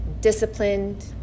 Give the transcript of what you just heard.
disciplined